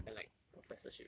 and like professorship